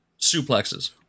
suplexes